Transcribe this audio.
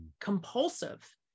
compulsive